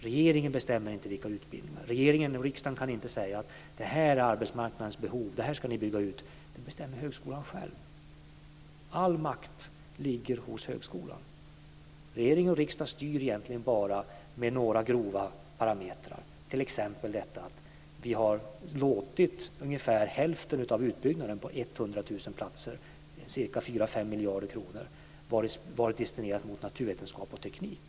Regeringen bestämmer inte vilka utbildningar det ska vara. Regeringen och riksdagen kan inte säga: Det här är arbetsmarknadens behov, och det här ska ni bygga ut. Det bestämmer högskolan själv. All makt ligger hos högskolan. Regering och riksdag styr egentligen bara med några grova parametrar. Vi har t.ex. när det gäller ungefär hälften av utbyggnaden på 100 000 platser destinerat ca 4-5 miljarder kronor till naturvetenskap och teknik.